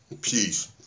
Peace